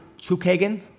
Chukagan